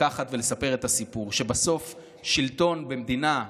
לקחת ולספר את הסיפור שבסוף שלטון במדינה,